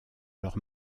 leurs